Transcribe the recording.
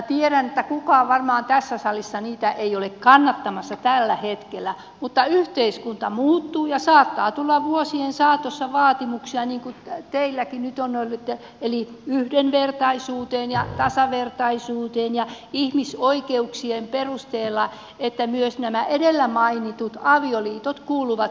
tiedän että varmaan kukaan tässä salissa niitä ei ole kannattamassa tällä hetkellä mutta yhteiskunta muuttuu ja saattaa tulla vuosien saatossa vaatimuksia niin kuin teilläkin nyt on ollut eli yhdenvertaisuuden ja tasavertaisuuden ja ihmisoikeuksien perusteella myös nämä edellä mainitut avioliitot kuuluvat sitten niiden vaatimusten piiriin